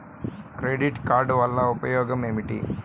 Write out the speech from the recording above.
Credit card వల్ల ఉపయోగం ఏమిటీ?